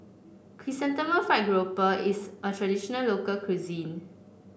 Chrysanthemum Fried Grouper is a traditional local cuisine